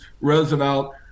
Roosevelt